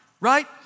right